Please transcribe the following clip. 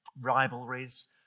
rivalries